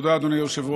תודה, אדוני היושב-ראש.